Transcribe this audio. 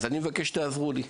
ואני מבקש שתעזרו לי,